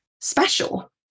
special